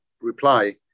reply